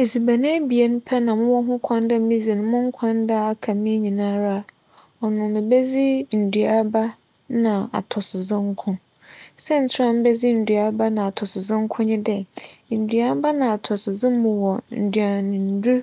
Edziban ebien pɛr na mowͻ ho kwan dɛ midzi no mo nkwa nda a aka me yi nyinara a ͻno mibedzi nduaba na atͻsodze nko. Siantsir a mibedzi nduaba na atͻsodze nko nye dɛ, nduaba na atͻsodze mu wͻ nduanendur